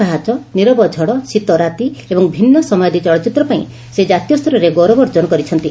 ପାହାଚ ନୀରବ ଝଡ ଶୀତ ରାତି ଏବଂ ଭିନ୍ ସମୟ ଆଦି ଚଳଚ୍ଚିତ୍ର ପାଇଁ ସେ କାତୀୟସ୍ତରରେ ଗୌରବ ଅର୍କନ କରିଛନ୍ତି